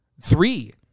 Three